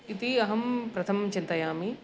इति अहं प्रथमं चिन्तयामि